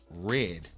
red